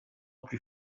plus